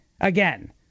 again